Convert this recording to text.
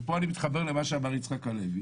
ופה אני מתחבר למה שאמר יצחק הלוי